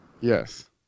Yes